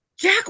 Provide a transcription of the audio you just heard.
Jack